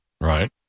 Right